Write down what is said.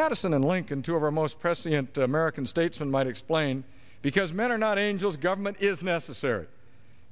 madison and lincoln two of our most pressing american statesman might explain because men are not angels government is necessary